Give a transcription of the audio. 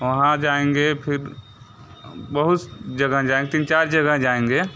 वहाँ जाएंगे फिर बहुत जगह जाएंगे तीन चार जगह जाएंगे